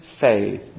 faith